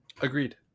Agreed